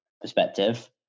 perspective